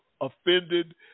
Offended